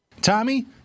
Tommy